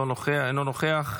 אינו נוכח,